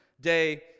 day